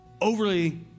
overly